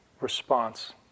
response